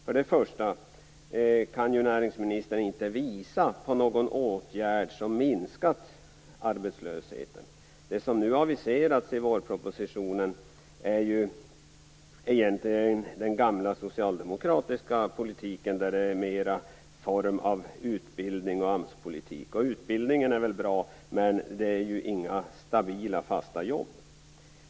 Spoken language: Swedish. För det första kan näringsministern inte visa på någon åtgärd som minskat arbetslösheten. Det som nu aviserats i vårpropositionen är egentligen den gamla socialdemokratiska politiken i form av mer utbildning och AMS-politik. Utbildningen är väl bra, men det är inga stabila fasta jobb.